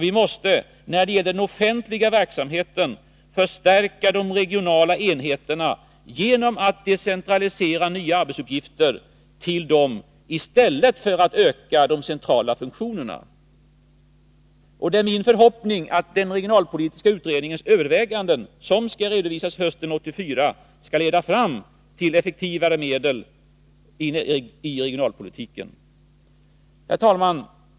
Vi måste när det gäller den offentliga verksamheten förstärka de regionala enheterna genom att decentralisera nya arbetsuppgifter till dem i stället för att öka de centrala funktionerna. Det är min förhoppning att den regionalpolitiska utredningens överväganden, som skall redovisas hösten 1984, skall leda fram till effektivare medel i regionalpolitiken.